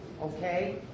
Okay